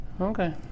Okay